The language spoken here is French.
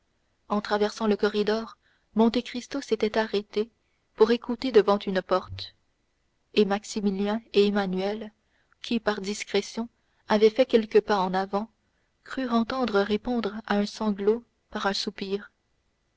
en traversant le corridor monte cristo s'était arrêté pour écouter devant une porte et maximilien et emmanuel qui par discrétion avaient fait quelques pas en avant crurent entendre répondre à un sanglot par un soupir